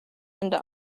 and